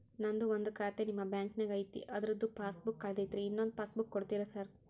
ನಂದು ಒಂದು ಖಾತೆ ನಿಮ್ಮ ಬ್ಯಾಂಕಿನಾಗ್ ಐತಿ ಅದ್ರದು ಪಾಸ್ ಬುಕ್ ಕಳೆದೈತ್ರಿ ಇನ್ನೊಂದ್ ಪಾಸ್ ಬುಕ್ ಕೂಡ್ತೇರಾ ಸರ್?